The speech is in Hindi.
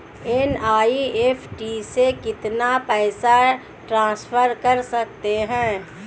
एन.ई.एफ.टी से कितना पैसा ट्रांसफर कर सकते हैं?